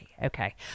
Okay